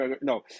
no